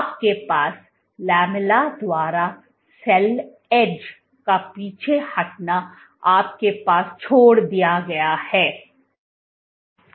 आप के साथ लामेल्ला द्वारा सेल एज का पीछे हटना आपके पास छोड़ दिया दया है